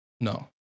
no